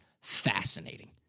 fascinating